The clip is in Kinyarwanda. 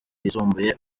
yisumbuye